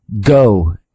go